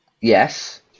Yes